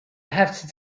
have